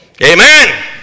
Amen